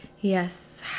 Yes